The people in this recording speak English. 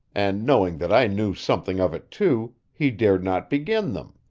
and knowing that i knew something of it, too, he dared not begin them.